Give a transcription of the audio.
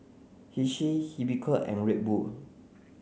Hersheys Unicurd and Red Bull